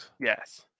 Yes